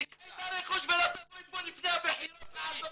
תיקחי את הרכוש ולא תבואי לפה לפני הבחירות לעשות רוח.